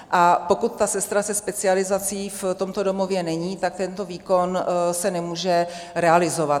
A pokud ta sestra se specializací v tomto domově není, tak tento výkon se nemůže realizovat.